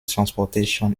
transportation